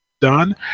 done